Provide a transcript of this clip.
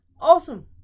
Awesome